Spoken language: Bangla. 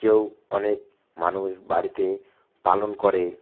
কেউ অনেক মানুষ বাড়িতে পালন করে